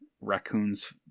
raccoons